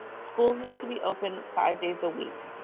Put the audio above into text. schools need to be open five days a week.